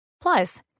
Plus